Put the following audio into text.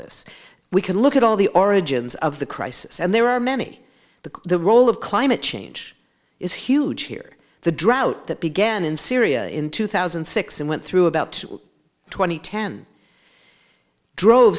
this we can look at all the origins of the crisis and there are many the the role of climate change is huge here the drought that began in syria in two thousand and six and went through about tw